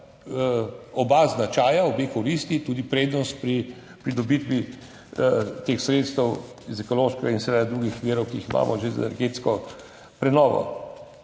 oba značaja, obe koristi, tudi prednost pri pridobitvi teh sredstev iz ekološkega in drugih virov, ki jih imamo že z energetsko prenovo.